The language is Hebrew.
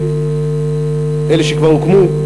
אלה שכבר הוקמו,